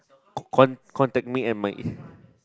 con~ contact me and Mike